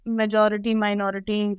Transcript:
majority-minority